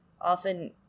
Often